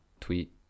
tweet